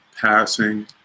passing